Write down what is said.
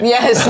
Yes